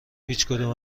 هیچکدوم